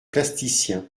plasticiens